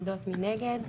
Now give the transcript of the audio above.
עומדות מנגד.